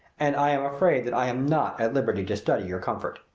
and i am afraid that i am not at liberty to study your comfort.